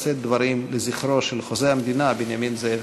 לשאת דברים לזכרו של חוזה המדינה בנימין זאב